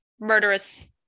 murderous